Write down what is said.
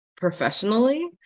professionally